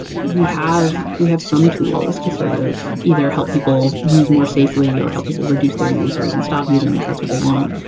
ah we have we have some tools to sort of either help people use more safely or help people reduce their use or even. stop using if that's what they want.